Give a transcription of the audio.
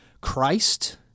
Christ